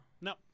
No